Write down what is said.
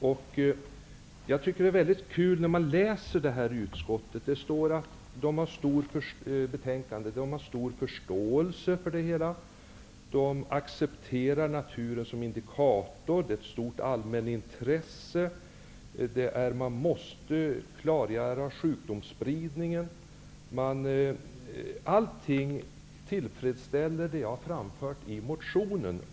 När man läser betänkandet finner man lustigt nog uttryck som att utskottet har stor förståelse för det hela, att man accepterar naturen som indikator, att det är ett stort allmänintresse, att man måste klargöra sjukdomsspridningen; allt tillfredsställer det jag framfört i motionen.